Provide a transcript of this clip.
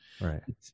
right